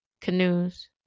canoes